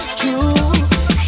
choose